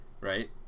right